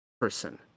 person